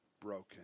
broken